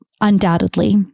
undoubtedly